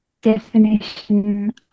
Definition